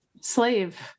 slave